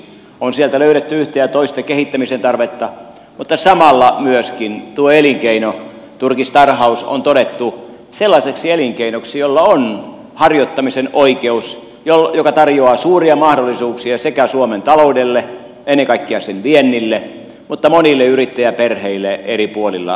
on sieltä löydetty yhtä ja toista kehittämisen tarvetta mutta samalla myöskin tuo elinkeino turkistarhaus on todettu sellaiseksi elinkeinoksi jolla on harjoittamisen oikeus joka tarjoaa suuria mahdollisuuksia sekä suomen taloudelle ennen kaikkea sen viennille että monille yrittäjäperheille eri puolilla suomea